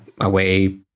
away